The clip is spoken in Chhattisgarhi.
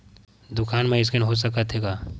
दुकान मा स्कैन हो सकत हे का?